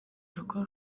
rukuru